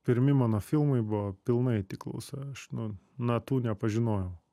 pirmi mano filmai buvo pilnai tik klausa aš nu natų nepažinojau